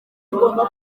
tugomba